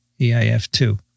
EIF2